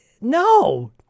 No